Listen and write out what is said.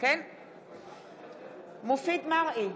מופיד מרעי,